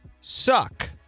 suck